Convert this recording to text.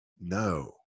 No